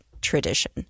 tradition